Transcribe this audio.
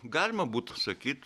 galima būtų sakyt